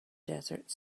desert